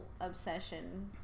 Obsession